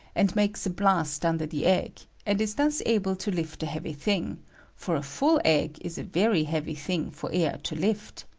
and makes a blast under the egg, and is thus able to lift a heavy thing for a full egg is a very heavy thing for air to lift.